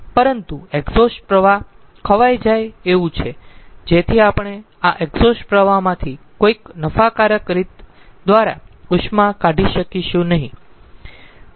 પરંતુ એક્ઝોસ્ટ પ્રવાહ ખવાઈ જાય એવું છે જેથી આપણે આ એક્ઝોસ્ટ પ્રવાહમાંથી કોઈક નફાકારક રીત દ્વારા ઉષ્મા કાઢી શકીશું નહીં